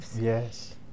Yes